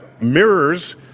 mirrors